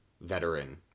veteran